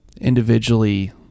individually